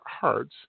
hearts